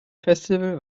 festival